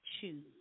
choose